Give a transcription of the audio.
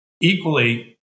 Equally